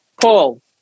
Paul